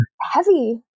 heavy